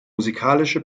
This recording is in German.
musikalische